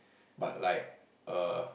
but like err